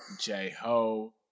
J-Ho